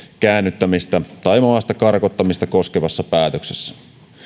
käännyttämistä tai maasta karkottamista koskevassa päätöksessä